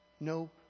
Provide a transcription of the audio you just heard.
no